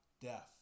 death